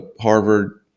Harvard